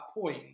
point